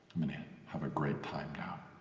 i'm gonna have a great time now,